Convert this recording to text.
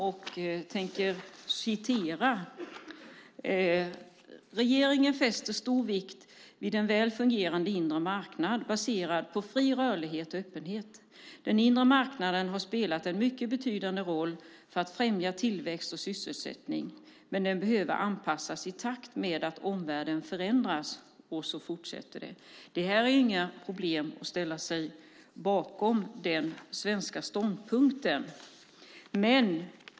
Jag citerar: "Regeringen fäster stor vikt vid en väl fungerande inre marknad, baserad på fri rörlighet och öppenhet. Den inre marknaden har spelat en betydande roll för att främja tillväxt och sysselsättning, men den behöver anpassas i takt med att omvärlden förändras." Och sedan fortsätter det. Det är inga problem att ställa sig bakom den svenska ståndpunkten.